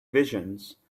visions